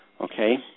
Okay